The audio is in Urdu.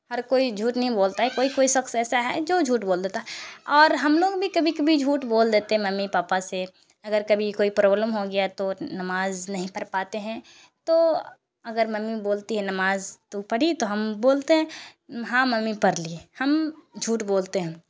ہر کوئی جھوٹ نہیں بولتا ہے کوئی کوئی شخص ایسا ہے جو جھوٹ بول دیتا ہے اور ہم لوگ بھی کبھی کبھی جھوٹ بول دیتے ہیں ممی پاپا سے اگر کبھی کوئی پرابلم ہو گیا تو نماز نہیں پڑھ پاتے ہیں تو اگر ممی بولتی ہے نماز تو پڑھی تو ہم بولتے ہیں ہاں ممی پڑھ لیے ہم جھوٹ بولتے ہیں